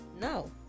No